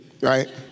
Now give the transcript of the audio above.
right